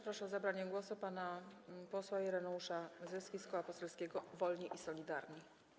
Proszę o zabranie głosu pana posła Ireneusza Zyskę z Koła Poselskiego Wolni i Solidarni.